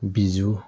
Biju